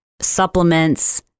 supplements